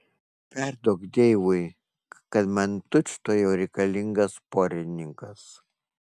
perduok deivui kad man tučtuojau reikalingas porininkas